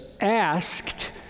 asked